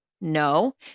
No